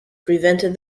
prevented